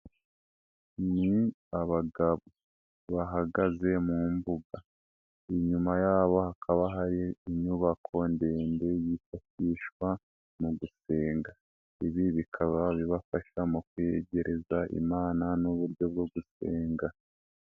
Ni abagabo bahagaze mu mbuga, inyuma yabo hakaba hari inyubako ndende yifashishwa mu gusenga. Ibi bikaba bibafasha mu kweyegereza Imana n'uburyo bwo gusenga.